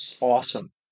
Awesome